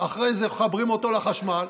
יואב, אחרי זה מחברים אותו לחשמל.